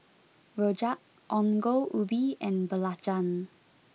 Rojak Ongol Ubi and Belacan